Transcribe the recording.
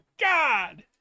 god